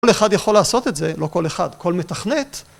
כל אחד יכול לעשות את זה, לא כל אחד, כל מתכנת.